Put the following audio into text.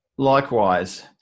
Likewise